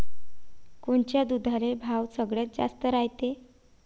कोनच्या दुधाले भाव सगळ्यात जास्त रायते?